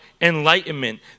enlightenment